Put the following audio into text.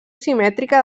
simètrica